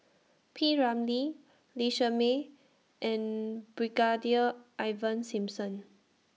P Ramlee Lee Shermay and Brigadier Ivan Simson